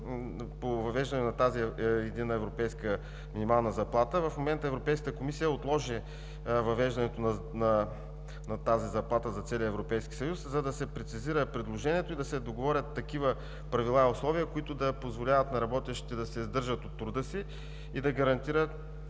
по въвеждане на тази единна европейска минимална заплата в момента Европейската комисия отложи въвеждането на тази заплата за целия Европейски съюз, за да се прецизира предложението и да се договорят такива правила и условия, които да позволяват на работещите да се издържат от труда си и да гарантират,